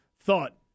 thought